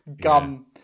gum